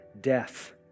death